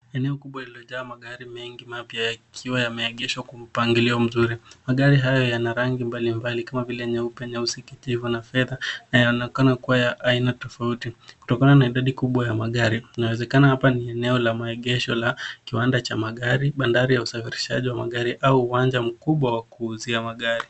Eneo kubwa lilojaa gari mengi mapya yakiwa yameegeshwa kumpangilia mzuri. Magari hayo yana rangi mbalimbali kama vile nyeupe nyausi, kijivu na fedha na yanaonekana kuwa ya aina tofauti. Kutokana na idadi kubwa ya magari inawezekana hapa ni eneo la maegesho la kiwanda cha magari, bandari ya usafirishaji wa magari au uwanja mkubwa wa kuuzia magari.